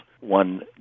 one